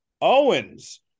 Owens